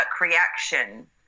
reaction